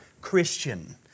Christian